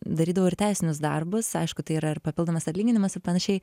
darydavau ir teisinius darbus aišku tai yra ir papildomas atlyginimas ir panašiai